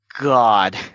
God